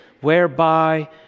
whereby